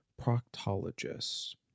proctologist